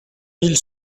mille